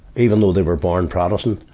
even though they were born protestant.